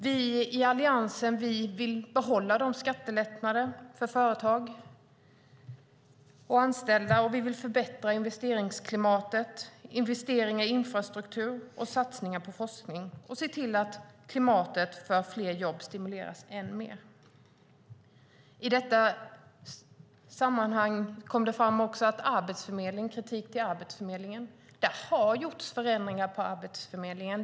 Vi i Alliansen vill behålla skattelättnaderna för företag och anställda, och vi vill förbättra investeringsklimatet, investeringar i infrastruktur och satsningar på forskning och se till att klimatet för fler jobb stimuleras ännu mer. I detta sammanhang kom det även fram kritik mot Arbetsförmedlingen. Det har gjorts förändringar på Arbetsförmedlingen.